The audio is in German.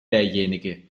derjenige